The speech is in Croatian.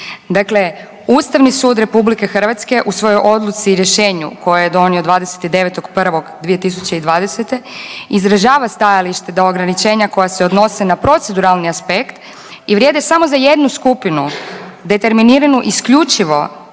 Dakle, Ustavni sud Republike Hrvatske u svojoj odluci i rješenju koje je donio 29.1.2020. izražava stajalište da ograničenja koja se odnose na proceduralni aspekt i vrijede samo za jednu skupinu determiniranu isključivo